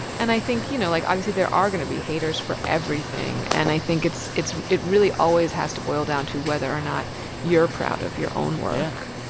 and i think, you know, like, obviously, there are going to be haters for everything. and i think it's it's it really always has to boil down to whether or not you're proud of your own work.